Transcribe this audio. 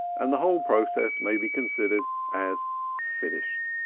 and the whole process may be considered as finished.